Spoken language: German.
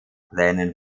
plänen